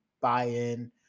buy-in